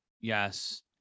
yes